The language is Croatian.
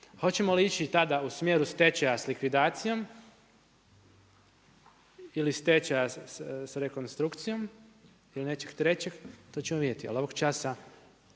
Hoćemo li ići tada u smjeru stečaja s likvidacijom ili stečaja sa rekonstrukcijom ili nečeg trećeg, to ćemo vidjeti, ali ovog časa